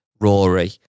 Rory